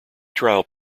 trial